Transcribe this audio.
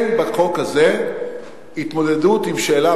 בחוק הזה אין התמודדות עם השאלה,